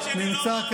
חבר הכנסת נאור שירי.